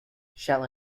shall